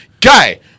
Guy